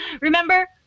Remember